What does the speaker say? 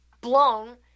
blown